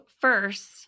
First